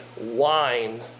wine